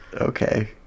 Okay